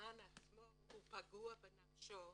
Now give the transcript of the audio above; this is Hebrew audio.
הגזען עצמו הוא פגוע בנפשו